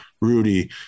Rudy